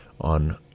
on